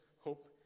hope